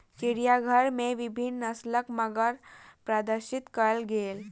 चिड़ियाघर में विभिन्न नस्लक मगर प्रदर्शित कयल गेल